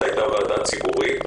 זו הייתה ועדה ציבורית.